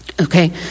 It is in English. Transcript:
Okay